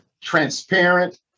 transparent